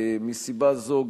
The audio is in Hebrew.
מסיבה זו,